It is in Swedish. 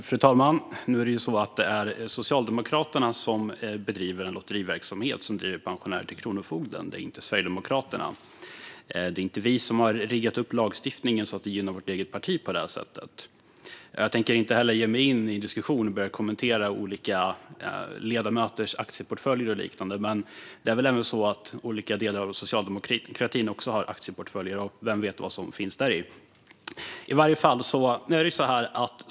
Fru talman! Nu är det Socialdemokraterna som bedriver en lotteriverksamhet som driver pensionärer till kronofogden. Det är inte Sverigedemokraterna. Det är inte vi som har riggat lagstiftningen så att det gynnar vårt eget parti på det sättet. Jag tänker inte ge mig in i en diskussion och börja kommentera olika ledamöters aktieportföljer och liknande. Men det är väl ändå så att olika delar av socialdemokratin också har aktieportföljer, och vem vet vad som finns däri?